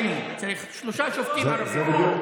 מינימום צריך שלושה שופטים ערבים בעליון.